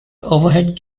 overhead